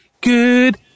Good